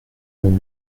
même